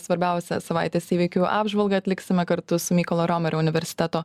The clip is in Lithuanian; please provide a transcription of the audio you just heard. svarbiausią savaitės įvykių apžvalgą atliksime kartu su mykolo romerio universiteto